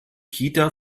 kita